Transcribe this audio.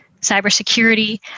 cybersecurity